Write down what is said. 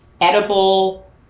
edible